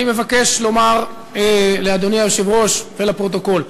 אני מבקש לומר לאדוני היושב-ראש ולפרוטוקול: